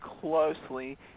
closely